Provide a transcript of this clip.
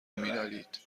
مینالید